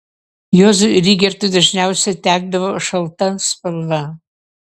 juozui rygertui dažniausiai tekdavo šalta spalva